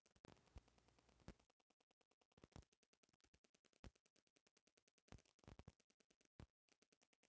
पतई के रेशा एक अलग तरह के तलवार के जइसन होखे वाला पत्ता से मिलेला